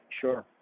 Sure